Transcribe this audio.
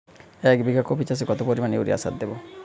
এক বিঘা কপি চাষে কত পরিমাণ ইউরিয়া সার দেবো?